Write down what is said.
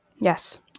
Yes